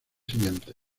siguientes